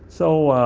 so,